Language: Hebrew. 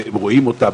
רואים אותם,